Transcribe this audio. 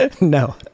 no